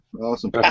Awesome